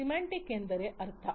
semantic ಎಂದರೆ ಅರ್ಥ